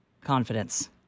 confidence